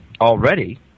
already